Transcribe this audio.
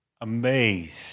amazed